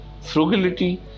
frugality